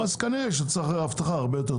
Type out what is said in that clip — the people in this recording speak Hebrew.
כנראה שצריך אבטחה הרבה יותר טובה.